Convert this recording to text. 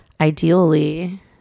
ideally